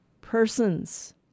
persons